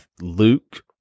Luke